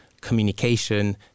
communication